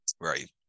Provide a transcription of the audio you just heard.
right